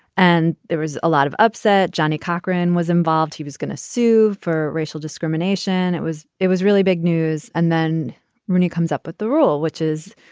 and there was a lot of upset. johnnie cochran was involved. he was gonna sue for racial discrimination. it was it was really big news. and then rooney comes up with the rule, which is,